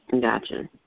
Gotcha